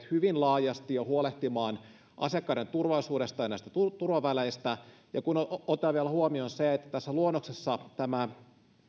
hyvin laajasti jo huolehtimaan asiakkaiden turvallisuudesta ja näistä turvaväleistä ottaen vielä huomioon sen että tässä luonnoksessa tämä